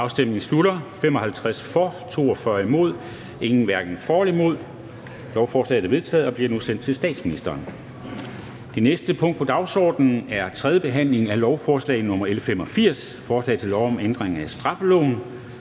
stemte 42 (V, DF, KF, NB og LA), hverken for eller imod stemte 0. Lovforslaget er vedtaget og bliver nu sendt til statsministeren. --- Det næste punkt på dagsordenen er: 12) 3. behandling af lovforslag nr. L 85: Forslag til lov om ændring af straffeloven.